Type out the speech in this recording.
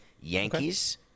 Yankees